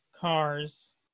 cars